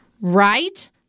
Right